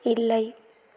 இல்லை